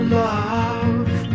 love